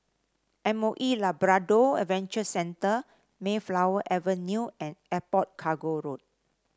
M O E Labrador Adventure Centre Mayflower Avenue and Airport Cargo Road